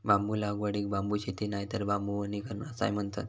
बांबू लागवडीक बांबू शेती नायतर बांबू वनीकरण असाय म्हणतत